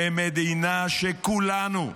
כמדינה שכולנו,